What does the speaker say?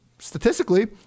Statistically